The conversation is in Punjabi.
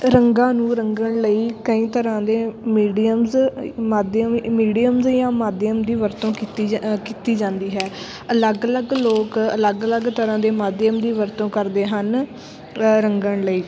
ਰੰਗਾਂ ਨੂੰ ਰੰਗਣ ਲਈ ਕਈ ਤਰ੍ਹਾਂ ਦੇ ਮੀਡੀਅਮਸ ਮਾਧਿਅਮ ਮੀਡੀਅਮਸ ਜਾਂ ਮਾਧਿਅਮ ਦੀ ਵਰਤੋਂ ਕੀਤੀ ਜਾਂ ਕੀਤੀ ਜਾਂਦੀ ਹੈ ਅਲੱਗ ਅਲੱਗ ਲੋਕ ਅਲੱਗ ਅਲੱਗ ਤਰ੍ਹਾਂ ਦੇ ਮਾਧਿਅਮ ਦੀ ਵਰਤੋਂ ਕਰਦੇ ਹਨ ਰੰਗਣ ਲਈ